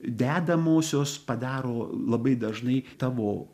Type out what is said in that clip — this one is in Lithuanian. dedamosios padaro labai dažnai tavo